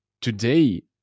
today